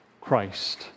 Christ